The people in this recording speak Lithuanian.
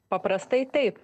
paprastai taip